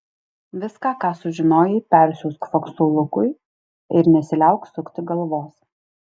viską ką sužinojai persiųsk faksu lukui ir nesiliauk sukti galvos